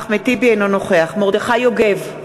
אינו נוכח מרדכי יוגב,